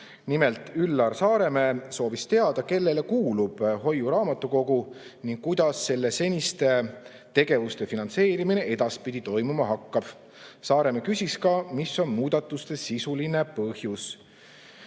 soovis Üllar Saaremäe teada, kellele kuulub hoiuraamatukogu ning kuidas selle seniste tegevuste finantseerimine edaspidi toimuma hakkab. Saaremäe küsis ka, mis on muudatuste sisuline põhjus.